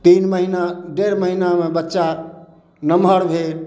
तीन महिना डेढ़ महिनामे बच्चा नमहर भेल